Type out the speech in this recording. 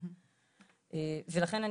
לכן,